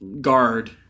guard